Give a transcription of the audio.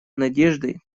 надеждой